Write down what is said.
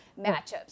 matchups